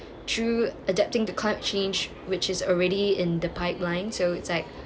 true adapting to climate change which is already in the pipeline so it's like